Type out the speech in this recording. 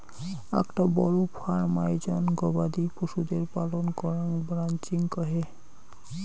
আকটা বড় ফার্ম আয়োজনে গবাদি পশুদের পালন করাঙ রানচিং কহে